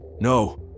No